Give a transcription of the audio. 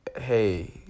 hey